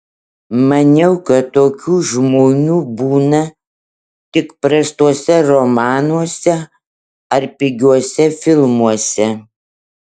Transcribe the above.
maniau kad tokių žmonių būna tik prastuose romanuose ar pigiuose filmuose